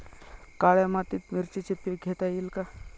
काळ्या मातीत मिरचीचे पीक घेता येईल का?